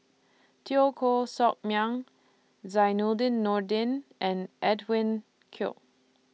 Teo Koh Sock Miang Zainudin Nordin and Edwin Koek